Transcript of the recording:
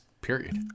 Period